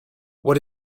what